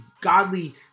godly